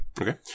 Okay